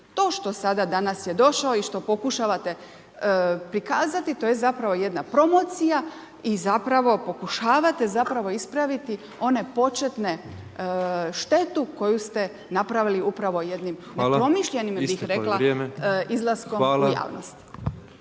To što sada danas je došao i što pokušavate prikazati to je zapravo jedna promocija i zapravo pokušavate zapravo ispraviti onu početnu štetu koju ste napravili upravo jednim nepromišljenim bih rekla izlaskom u javnost.